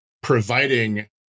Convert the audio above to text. providing